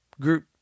group